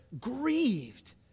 grieved